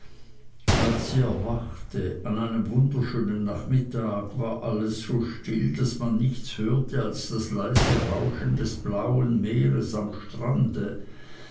als sie erwachte an einem wunderschönen nachmittag war alles so still daß man nichts hörte als das leise rauschen des blauen meeres am strande